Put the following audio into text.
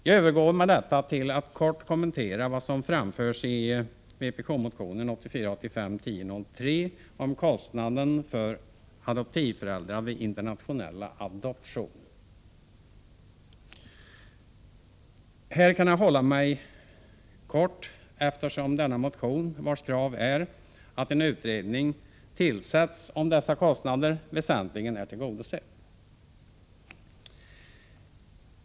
Jag övergår med detta till att kort kommentera vad som framförts i vpk-motionen 1984/85:1003 om kostnaden för adoptivföräldrar vid internationella adoptioner. Här kan jag fatta mig kort, eftersom denna motion, vars krav är att en utredning tillsätts om dessa kostnader, väsentligen är tillgodosedd.